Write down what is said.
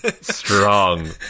strong